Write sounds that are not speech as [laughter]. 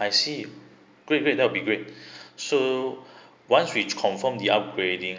I see great great that'll be great [breath] so [breath] once we confirmed the upgrading